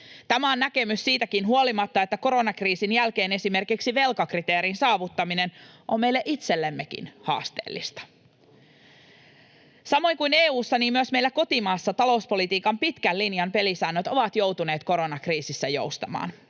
Tämä on näkemys siitäkin huolimatta, että koronakriisin jälkeen esimerkiksi velkakriteerin saavuttaminen on meille itsellemmekin haasteellista. Samoin kuin EU:ssa myös meillä kotimaassa talouspolitiikan pitkän linjan pelisäännöt ovat joutuneet koronakriisissä joustamaan.